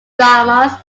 dramas